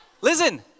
Listen